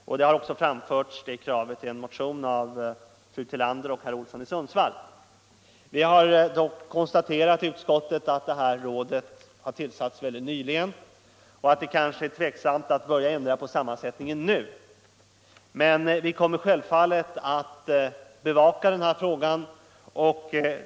Detta krav har framförts i en motion av fru Tillander och herr Olsson i Sundsvall. Utskottet konstaterar dock att rådet nyligen tillsatts, under hösten föregående år, och utskottet är därför inte berett att nu föreslå en ändring av dess sammansättning. Vi kommer emellertid självfallet att bevaka denna fråga.